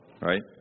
right